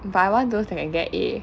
but I want those I can get A